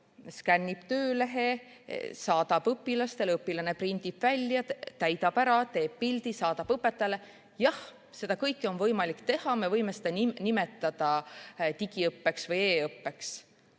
skannib töölehe, saadab õpilasele, õpilane prindib välja, täidab ära, teeb pildi, saadab õpetajale – jah, seda kõike on võimalik teha, me võime seda nimetada digiõppeks või e‑õppeks.